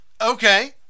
Okay